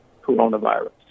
coronavirus